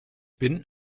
bin